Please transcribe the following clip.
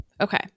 Okay